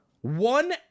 one